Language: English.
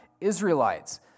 Israelites